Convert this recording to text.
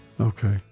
Okay